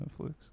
Netflix